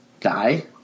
die